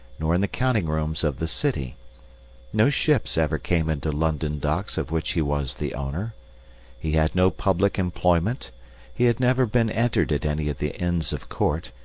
nor in the counting-rooms of the city no ships ever came into london docks of which he was the owner he had no public employment he had never been entered at any of the inns of court,